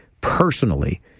personally